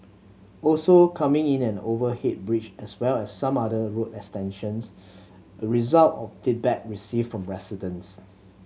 also coming in an overhead bridge as well as some other road extensions a result of feedback received from residents